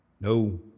No